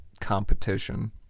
competition